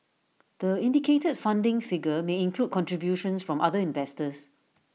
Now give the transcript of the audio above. the indicated funding figure may include contributions from other investors